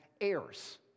heirs